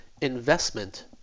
Investment